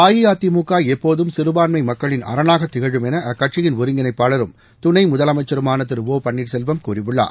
அஇஅதிமுக எப்போதும் சிறபான்மை மக்களின் அரணாகத் திகழும் என அக்கட்சியின் ஒருங்கிணைபாளரும் துனை முதலமைச்சருமான திரு ஓ பன்னீர்செல்வம் கூறியுள்ளார்